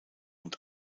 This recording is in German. und